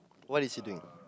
what is he doing